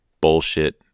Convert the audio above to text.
bullshit